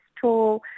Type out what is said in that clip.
tall